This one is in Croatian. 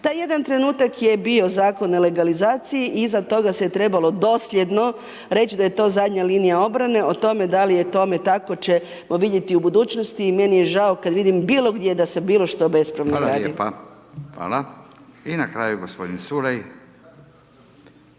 Taj jedan trenutak je bio Zakon o legalizacije, i iza toga se je trebalo doseljenoj reći, da je to zadnja linija obrane, o tome, da li je tome tako ćemo vidjeti u budućnosti. I meni je žao, kada vidim bilogdje da se bilo što bespravno gradi. **Radin, Furio (Nezavisni)**